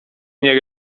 nie